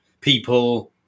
people